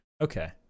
Okay